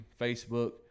Facebook